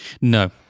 No